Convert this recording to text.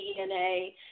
DNA